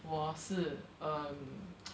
我是 um